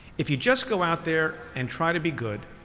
if you just go out there and try to be good,